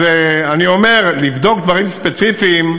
אני אומר שלבדוק דברים ספציפיים